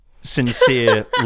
sincere